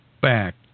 back